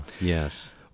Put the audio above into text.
yes